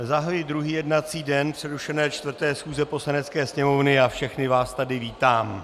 Zahajuji druhý jednací den přerušené 4. schůze Poslanecké sněmovny a všechny vás tady vítám.